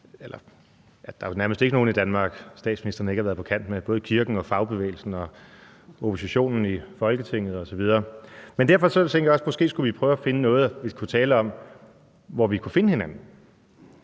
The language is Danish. Der er vel nærmest ikke nogen i Danmark, statsministeren ikke har været på kant med, både kirken, fagbevægelsen, oppositionen i Folketinget osv. Derfor tænkte jeg også, at vi måske skulle prøve at finde noget at tale om, hvor vi kunne finde hinanden,